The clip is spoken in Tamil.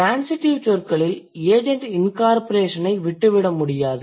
ட்ரான்சிடிவ் சொற்களில் ஏஜெண்ட் incorporationஐ விட்டுவிட முடியாது